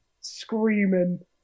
screaming